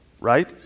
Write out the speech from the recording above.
right